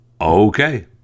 Okay